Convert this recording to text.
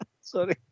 Sorry